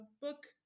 book